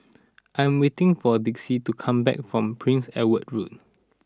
I am waiting for Dicie to come back from Prince Edward Road